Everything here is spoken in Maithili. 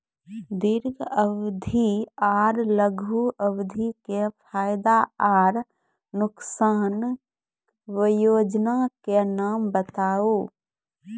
दीर्घ अवधि आर लघु अवधि के फायदा आर नुकसान? वयोजना के नाम बताऊ?